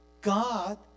God